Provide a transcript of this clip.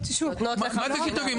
מה זה שיתופים?